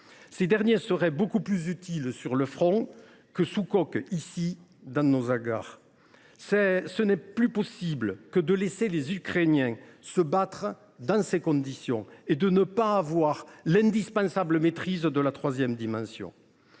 Ces derniers seraient bien plus utiles sur le front que sous coque, ici, dans nos hangars. Il n’est plus possible de laisser les Ukrainiens se battre dans ces conditions et ne pas posséder l’indispensable maîtrise de la troisième dimension.